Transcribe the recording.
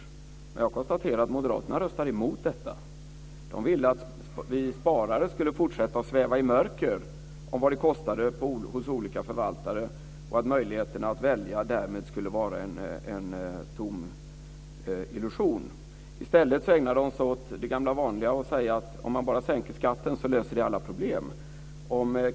Jag konstaterar att moderaterna röstade mot detta. De ville att vi sparare skulle fortsätta att sväva i mörker om vad det kostar hos olika förvaltare, att möjligheterna att välja därmed skulle vara en tom illusion. I stället ägnar de sig åt det gamla vanliga och säger att om man bara sänker skatten så löser det alla problem.